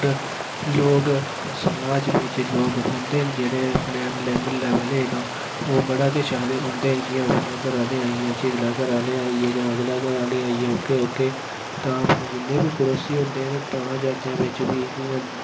ते लोग समाज बिच्च लोग रौंह्दे न ते जेह्ड़े अपने अपने म्हल्ले आह्लें तां ओह् बड़ा किश आखदे उं'दे जि'यां उप्पर घरा आह्ले आई गे चिगड़ा घरै आह्ले आई गे जां अगले घरा आह्ले आई गे ओहके ओह्के तां अपने जिन्ने बी पड़ोसी होंदे ताएं चाचे बिच्च बी इयां